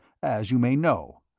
as you may know.